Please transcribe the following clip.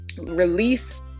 Release